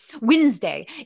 Wednesday